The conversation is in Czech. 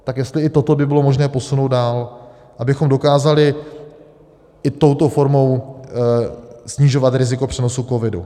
Tak jestli i toto by bylo možné posunout dál, abychom dokázali i touto formou snižovat riziko přenosu covidu.